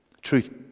Truth